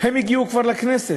כבר הגיעו לכנסת,